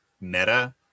meta